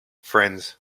friends